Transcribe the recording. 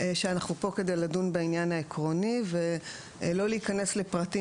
שאנחנו פה כדי לדון בעניין העקרוני ולא להיכנס לפרטים